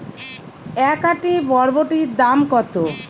এক আঁটি বরবটির দাম কত?